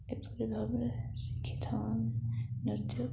ଏହିପରି ଭାବରେ ଶିଖିଥାଉ ନୃତ୍ୟକୁ